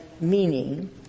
meaning